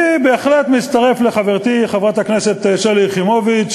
אני בהחלט מצטרף לחברתי חברת הכנסת שלי יחימוביץ,